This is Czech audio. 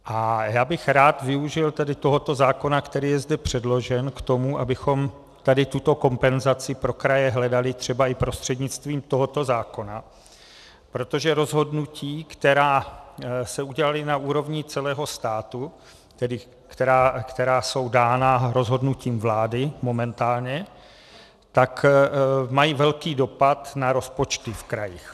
A já bych rád využil tedy tohoto zákona, který je zde předložen, k tomu, abychom tuto kompenzaci pro kraje hledali třeba i prostřednictvím tohoto zákona, protože rozhodnutí, která se udělala na úrovni celého státu, tedy která jsou dána rozhodnutím vlády momentálně, mají velký dopad na rozpočty v krajích.